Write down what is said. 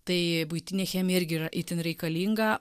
tai buitinė chemija irgi yra itin reikalinga